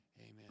amen